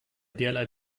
derlei